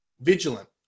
vigilant